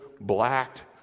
blacked